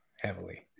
heavily